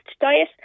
diet